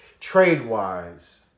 trade-wise